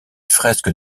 fresques